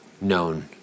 known